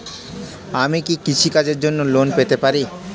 আমি কি কৃষি কাজের জন্য লোন পেতে পারি?